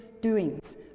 doings